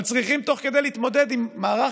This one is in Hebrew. גם צריכים תוך כדי זה להתמודד עם מערך